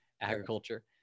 agriculture